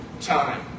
time